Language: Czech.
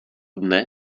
dne